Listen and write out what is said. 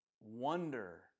wonder